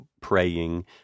praying